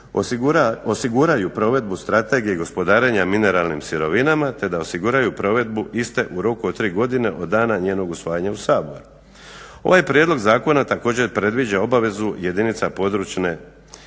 osiguraju provedbu Strategije gospodarenja mineralnim sirovinama te da osiguraju provedbu iste u roku od 3 godine od dana njenog usvajanja u Sabor. Ovaj prijedlog zakona također predviđa obavezu jedinica područne